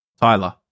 Tyler